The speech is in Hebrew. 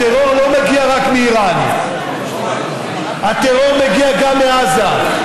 הטרור לא מגיע רק מאיראן, הטרור מגיע גם מעזה.